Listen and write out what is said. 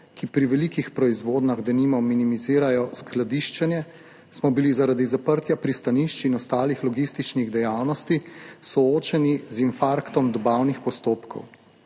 ki pri velikih proizvodnjah denimo minimizirajo skladiščenje, smo bili zaradi zaprtja pristanišč in ostalih logističnih dejavnosti soočeni z infarktom dobavnih postopkov.